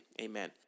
amen